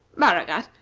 baragat,